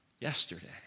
Yesterday